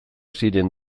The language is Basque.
ziren